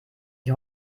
die